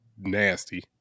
nasty